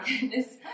goodness